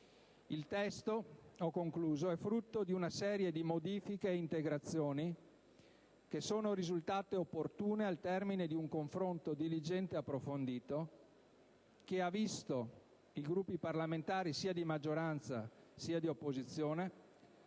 Il testo è frutto di una serie di modifiche ed integrazioni, che sono risultate opportune al termine di un confronto diligente ed approfondito, che ha visto i Gruppi parlamentari, sia di maggioranza che di opposizione,